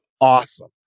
awesome